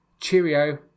cheerio